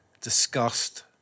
disgust